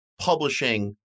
publishing